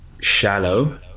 shallow